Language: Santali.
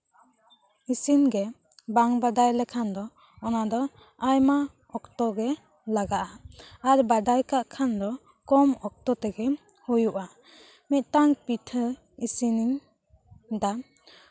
ᱤᱥᱤᱱ ᱜᱮ ᱵᱟᱝ ᱵᱟᱰᱟᱭ ᱞᱮᱠᱷᱟᱱ ᱫᱚ ᱚᱱᱟ ᱫᱚ ᱟᱭᱢᱟ ᱚᱠᱛᱚ ᱜᱮ ᱞᱟᱜᱟᱜᱼᱟ ᱟᱨ ᱵᱟᱰᱟᱭ ᱠᱟᱜ ᱠᱷᱟᱱ ᱫᱚ ᱠᱚᱢ ᱚᱠᱛᱚ ᱛᱮᱜᱮ ᱦᱩᱭᱩᱜᱼᱟ ᱢᱤᱫᱴᱟᱝ ᱯᱤᱴᱷᱟᱹ ᱤᱥᱤᱱ ᱤᱧ ᱫᱟ